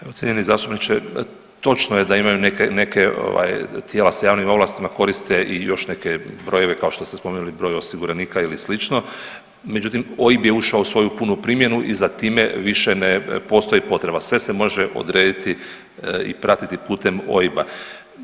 Evo cijenjeni zastupniče, točno je da imaju neke tijela s javnim ovlastima koriste i još neke brojeve, kao što ste spomenuli broj osiguranika i sl. međutim OIB je ušao u svoju punu primjenu i za time više ne postoji potreba, sve se može odrediti i pratiti putem OIB-a.